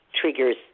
triggers